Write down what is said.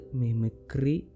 mimicry